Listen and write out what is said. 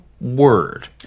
word